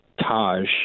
Taj